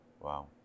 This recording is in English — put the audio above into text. Wow